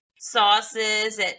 sauces